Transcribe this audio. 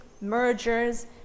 mergers